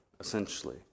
Essentially